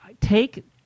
take